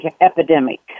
epidemic